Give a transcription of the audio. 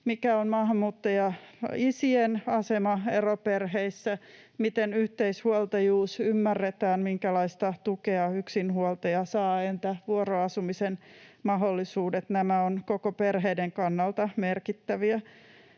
Mikä on maahanmuuttajaisien asema eroperheissä? Miten yhteishuoltajuus ymmärretään? Minkälaista tukea yksinhuoltaja saa? Entä vuoroasumisen mahdollisuudet? Nämä ovat koko perheen kannalta merkittäviä.